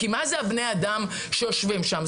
מה אלה בני האדם שיושבים שם?